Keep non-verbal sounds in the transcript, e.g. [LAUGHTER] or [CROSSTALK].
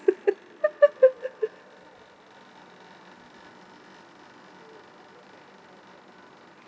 [LAUGHS]